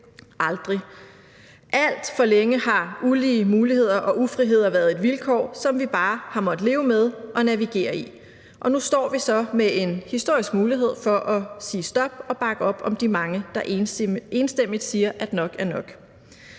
Alt for længe har ulige muligheder og ufrihed været vilkår, som vi bare har måttet leve med og navigere i. Og nu står vi så med en historisk mulighed for at sige stop og bakke op om de mange, der enstemmigt siger, at nok er nok.